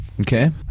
Okay